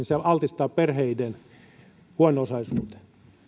se altistaa perheiden huono osaisuuteen